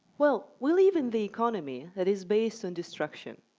well, we live in the economy that is based on distraction.